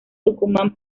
tucumán